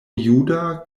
juda